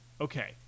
Okay